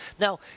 Now